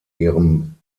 ihrem